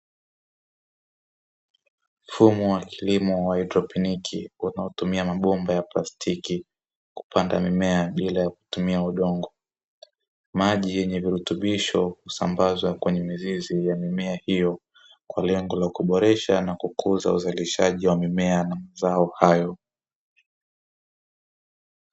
Mfumo wa kilimo wa haidroponiki unaotumia mabomba ya plastiki kupanda mimea kupanda mimea bila kutumia udongo. Maji yenye virutubisho husambazwa kwenye mizizi ya mimea hiyo kwa lengo la kuboresha na kukuza uzalishaji wa mimea hayo.